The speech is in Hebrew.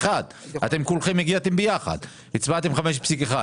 בחרנו להביא את הדברים ולעבוד יום ולילה,